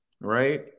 Right